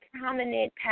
prominent